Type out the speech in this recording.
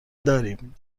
داریم